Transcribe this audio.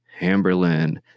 Hamberlin